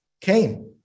Cain